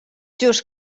just